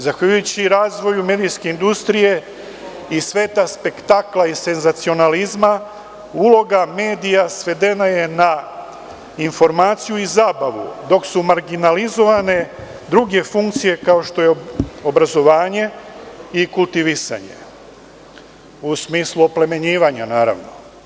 Zahvaljujući razvoju medijske industrije iz sveta spetakla i senzacionalizma uloga medija svedena je na informaciju i zabavu dok su marginalizovane druge funkcije kao što je obrazovanje i kultivisanje u smislu oplemenjivanja, naravno.